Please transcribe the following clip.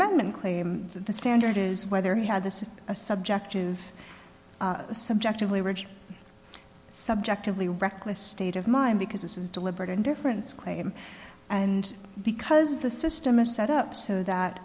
amendment claim that the standard is whether he had this is a subjective subjectively rigid subjectively reckless state of mind because this is deliberate indifference claim and because the system is set up so that